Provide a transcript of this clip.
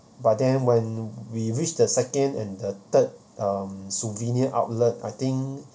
but then when we reached the second and the third um souvenir outlet I think